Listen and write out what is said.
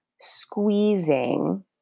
squeezing